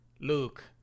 Luke